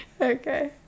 Okay